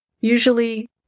usually